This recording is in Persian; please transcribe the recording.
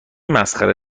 مسخره